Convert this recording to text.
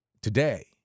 today